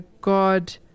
God